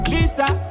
Lisa